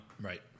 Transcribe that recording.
Right